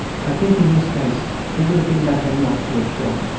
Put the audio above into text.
i think in this case it would have been better not to have shot.